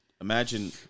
Imagine